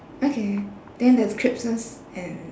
okay then there's crisps and